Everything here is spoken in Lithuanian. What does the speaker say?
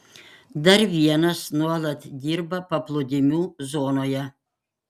dar vienas nuolat dirba paplūdimių zonoje